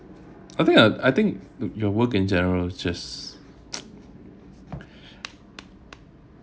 I think I I think you~ your work in general just